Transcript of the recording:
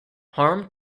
harm